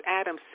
Adam